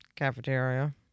cafeteria